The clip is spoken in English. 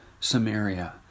Samaria